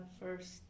first